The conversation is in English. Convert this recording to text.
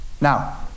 Now